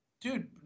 dude